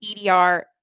EDR